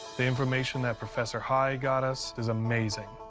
the information that professor hyde got us is amazing.